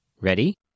Ready